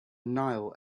nile